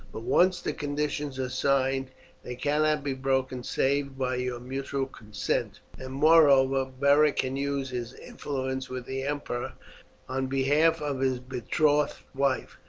but once the conditions are signed they cannot be broken save by your mutual consent and moreover, beric can use his influence with the emperor on behalf of his betrothed wife,